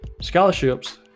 scholarships